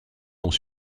sont